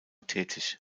tätig